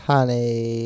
Honey